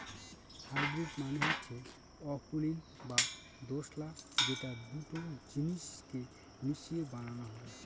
hybrid মানে হচ্ছে অকুলীন বা দোঁশলা যেটা দুটো জিনিস কে মিশিয়ে বানানো হয়